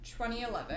2011